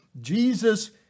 Jesus